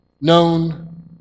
known